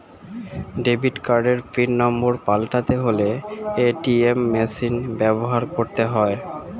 debit কার্ডের PIN নম্বর পাল্টাতে হলে এ.টি.এম মেশিন ব্যবহার করতে হয়